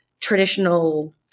traditional